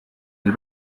del